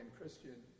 Christian